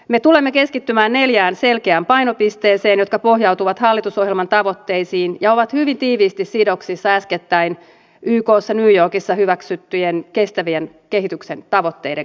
me tulemme keskittymään neljään selkeään painopisteeseen jotka pohjautuvat hallitusohjelman tavoitteisiin ja ovat hyvin tiiviisti sidoksissa äskettäin ykssa new yorkissa hyväksyttyjen kestävän kehityksen tavoitteiden kanssa